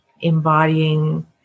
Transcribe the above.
embodying